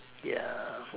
ya